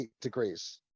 degrees